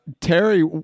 Terry